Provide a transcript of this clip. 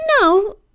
No